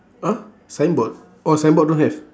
!huh! signboard oh signboard don't have